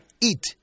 eat